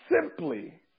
simply